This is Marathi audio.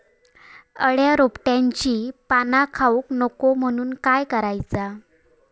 अळ्या रोपट्यांची पाना खाऊक नको म्हणून काय करायचा?